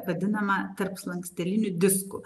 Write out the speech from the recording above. vadinama tarpslanksteliniu disku